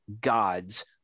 gods